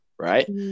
right